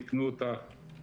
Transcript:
יקנו את החליפות,